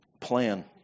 plan